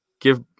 Give